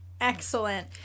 excellent